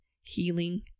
healing